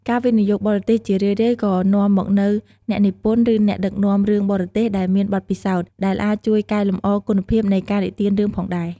ការវិនិយោគបរទេសជារឿយៗក៏នាំមកនូវអ្នកនិពន្ធ ឬអ្នកដឹកនាំរឿងបរទេសដែលមានបទពិសោធន៍ ដែលអាចជួយកែលម្អគុណភាពនៃការនិទានរឿងផងដែរ។